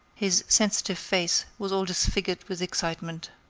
his sensitive face was all disfigured with excitement.